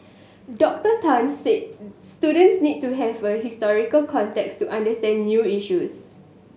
Doctor Tan said students need to have the historical context to understand new issues